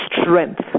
strength